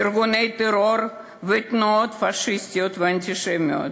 ארגוני טרור ותנועות פאשיסטיות ואנטישמיות